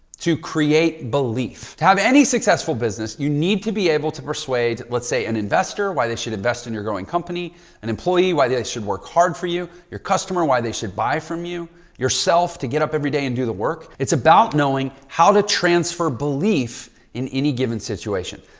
to create belief. to have any successful business, you need to be able to persuade, let's say an investor, why they should invest in your growing company and employee, why they should work hard for you, your customer, why they should buy from you yourself to get up everyday and do the work. it's about knowing how to transfer belief in any given situation.